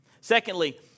Secondly